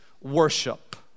worship